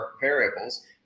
variables